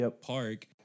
park